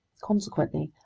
consequently,